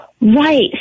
Right